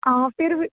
ਹਾਂ ਫਿਰ ਵੀ